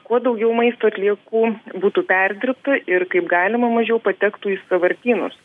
kuo daugiau maisto atliekų būtų perdirbta ir kaip galima mažiau patektų į sąvartynus